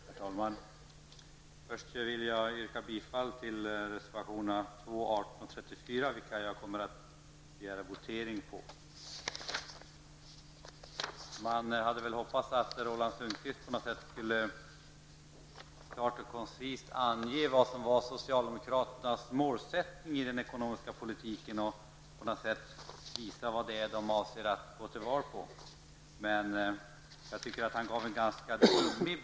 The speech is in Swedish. Herr talman! Först vill yrkar jag bifall till reservationerna 2, 18 och 34, vilka jag kommer att begära votering på. Jag hade hoppats att Roland Sundgren klart och koncist skulle ange vad som är socialdemokraternas målsättning i den ekonomiska politiken, att han skulle visa vad det är socialdemokraterna avser att gå till val på.